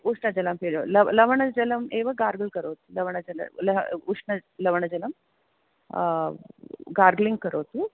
उष्णजलं पिब लव लवणजलं एव गार्गल् करोतु लवणजलं उष्णवलणजलं गार्ग्लिङ्ग् करोतु